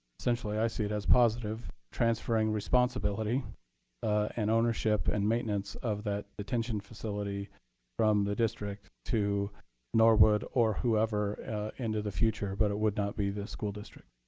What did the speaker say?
essentially, i see it as positive, transferring responsibility and ownership and maintenance of that detention facility from the district to norwood or whoever into the future. but it would not be the school district.